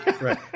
Right